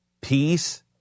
peace